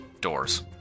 doors